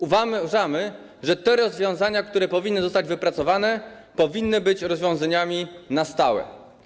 Uważamy, że te rozwiązania, które powinny zostać wypracowane, powinny być rozwiązaniami na stałe.